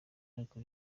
uko